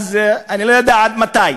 אז אני לא יודע עד מתי.